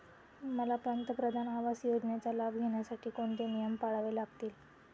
मला पंतप्रधान आवास योजनेचा लाभ घेण्यासाठी कोणते नियम पाळावे लागतील?